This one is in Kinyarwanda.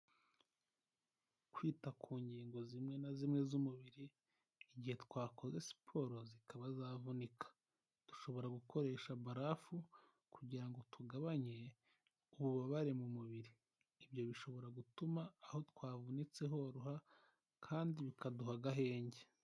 Kwita ku ngingo zimwe na zimwe z'umubiri, igihe twakoze siporo zikaba zavunika. Dushobora gukoresha barafu kugira ngo tugabanye ububabare mu mubiri. Ibyo bishobora gutuma aho twavunitse horoha kandi bikaduha agahenge.